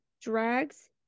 drags